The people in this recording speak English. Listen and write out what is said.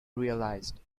realised